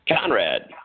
Conrad